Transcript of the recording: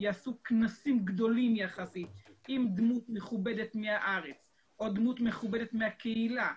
יעשו כנסים גדולים יחסית עם דמות מכובדת מהארץ או דמות מכובדת מהקהילה,